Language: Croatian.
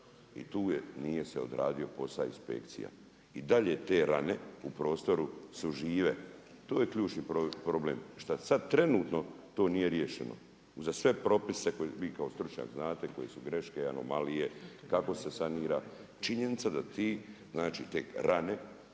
I tu nije se odradio posao inspekcija. I dalje te rane u prostoru su žive. To je ključni problem, što sad trenutno to nije riješeno uza sve propise koje vi kao stručnjak znate koji su greške, anomalije kako se sanira, činjenica da te rane